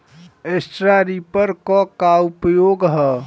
Straw reaper क का उपयोग ह?